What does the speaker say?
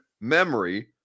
memory